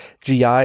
GI